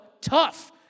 tough